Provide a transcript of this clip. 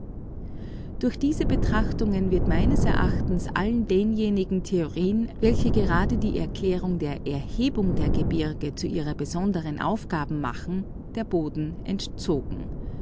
durch diese betrachtungen wird offenbar allen denjenigen theorien welche gerade die erhebung der gebirge erklären wollen der boden entzogen